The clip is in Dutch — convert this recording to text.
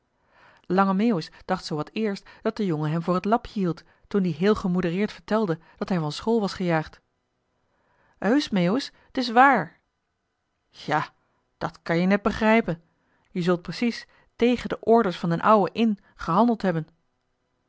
lange meeuwis dacht zoowaar eerst dat de jongen hem voor het lapje hield toen die heel gemoedereerd vertelde dat hij van school was gejaagd heusch meeuwis t is waar ja dat kan-je net begrijpen je zult precies tegen de orders van d'n ouwe in gehandeld hebben